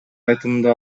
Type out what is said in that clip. айтымында